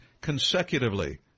consecutively